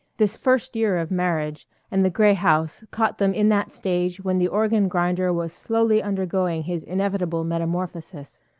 this first year of marriage, and the gray house caught them in that stage when the organ-grinder was slowly undergoing his inevitable metamorphosis.